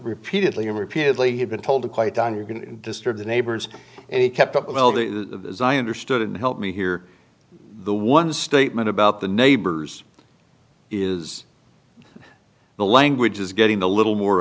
repeatedly and repeatedly had been told to quiet down you're going to disturb the neighbors and he kept up well the as i understood it and help me here the one statement about the neighbors is the language is getting a little more